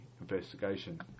investigation